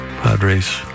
Padres